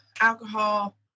alcohol